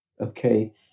Okay